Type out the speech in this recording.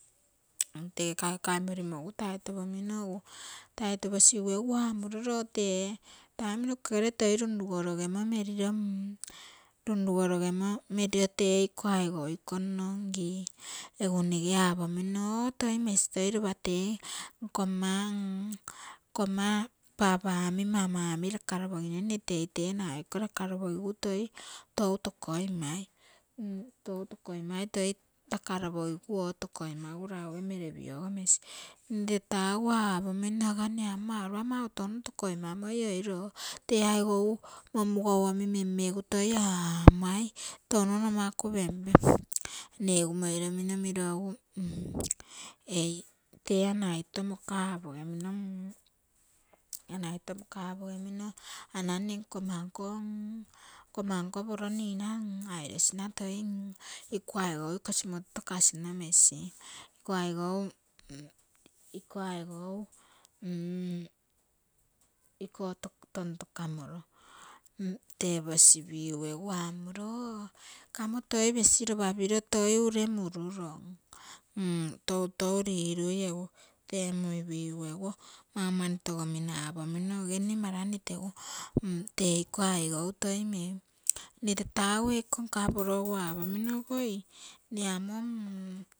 Tege kaikai morimo egu taito pomino, taito posigu egu amuro loo tee taim noke gere toi runrugorogemo meriro tee iko aigou iko nno ngii, egu nge apomino oo toi mesi toi lopa tee nkomma, nkomma papa omi mama omi rakaroposino nne tei tee iko lakaroposi gu toi tou tokoimai, tou tokoimai rakaro apogiguo tokoi magu rague merepiogo mesi. mne taa egu apomino oiga mne amu mau lopa touno tokoi mamoi, oiro tee aigou momugou omi mimmigu toi aamoi touno nomaku pempe. mne egu moiromino miro egu eii tee ana ito moka apogemino, ana ito moka apogemino, ana mne nkomma nko poro nina airosina toi iko aigou simoto tokasino mesi, iko aigou, iko aigou iko tonto kamoro teposipigu egu amuro oo kamo toi pesi lopa piro toi ure mururom, toutou rirui egu temuipigu mau mani togomino apomino, oge nne mara mne tegu tee iko aigou toi mei, mne tata egu eiko nka poro egu apomino ogoi mne amo mm.